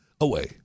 away